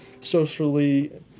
socially